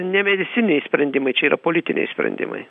ne medicininiai sprendimai čia yra politiniai sprendimai